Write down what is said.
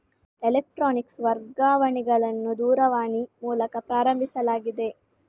electronic ವರ್ಗಾವಣೆಗಳನ್ನು ದೂರವಾಣಿ ಮೂಲಕ ಪ್ರಾರಂಭಿಸಲಾಗಿದೆ